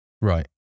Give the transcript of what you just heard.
Right